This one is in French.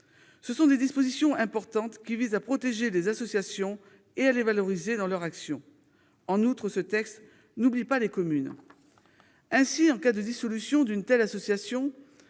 Ce sont des dispositions importantes, qui visent à protéger les associations et à les valoriser dans leur action. En outre, ce texte n'oublie pas les communes. Ainsi, en cas de dissolution d'une telle association,